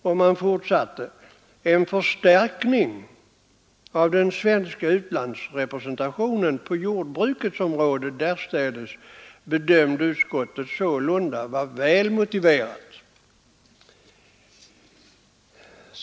Och man fortsatte: ”En förstärkning av den svenska utlandsrepresentationen på jordbrukets område därstädes bedömer utskottet sålunda vara väl motiverad ———.” Utskottet underströk i sitt betänkande 1972 att dessa synpunkter fortfarande ägde giltighet.